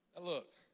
look